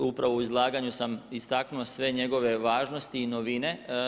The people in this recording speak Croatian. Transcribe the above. Upravo u izlaganju sam istaknuo sve njegove važnosti i novine.